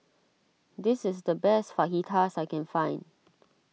this is the best Fajitas I can find